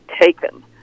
taken